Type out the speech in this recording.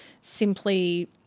simply